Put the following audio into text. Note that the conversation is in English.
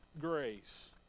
grace